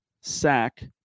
sack